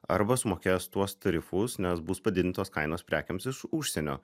arba sumokės tuos tarifus nes bus padidintos kainos prekėms iš užsienio